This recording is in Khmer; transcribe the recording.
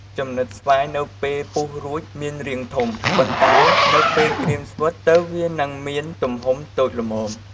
ចំំណិតស្វាយនៅពេលពុះរួចមានរាងធំ ប៉ុន្ដែនៅពេលក្រៀមស្វិតទៅវានឹងមានទំហំតូចល្មម។